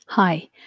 Hi